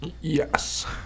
Yes